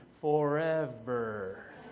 forever